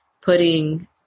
putting